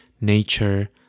nature